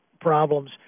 problems